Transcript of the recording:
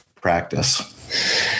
practice